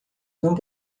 não